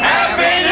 Happy